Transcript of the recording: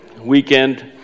weekend